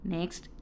Next